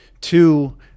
Two